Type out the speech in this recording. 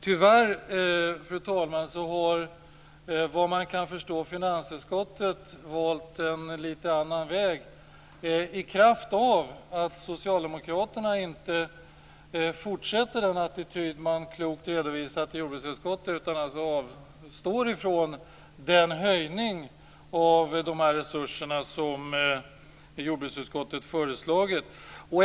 Tyvärr, fru talman, har finansutskottet, såvitt jag förstår, valt en litet annan väg i kraft av att Socialdemokraterna inte fortsätter att ha den attityd som de klokt redovisat i jordbruksutskottet utan avstår från den höjning av dessa resurser som jordbruksutskottet har föreslagit. Fru talman!